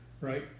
right